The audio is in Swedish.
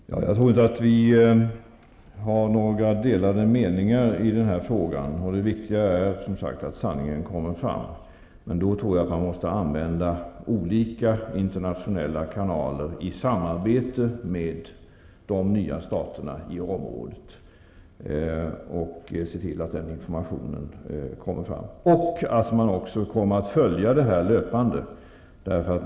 Fru talman! Jag tror inte att vi har några delade meningar i den här frågan. Det viktiga är som sagt att sanningen kommer fram. Man måste emellertid använda olika internationella kanaler i samarbete med de nya staterna i området för att se till att informationen kommer fram. Man måste också följa det här löpande.